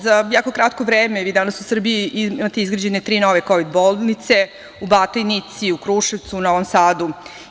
Za jako kratko vreme danas u Srbiji imate izgrađene tri kovid bolnice u Batajnici, u Kruševcu, u Novom Sadu.